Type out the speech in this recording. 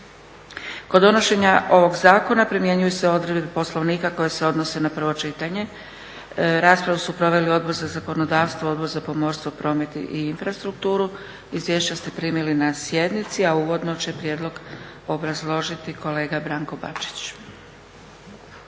Kod donošenja ovog zakona primjenjuju se odredbe Poslovnika koje se odnose na prvo čitanje. Raspravu su proveli Odbor za zakonodavstvo, Odbor za pomorstvo, promet i infrastrukturu. Izvješća ste primili na sjednici, a uvodno će prijedlog obrazložiti kolega Branko Bačić.